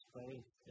faith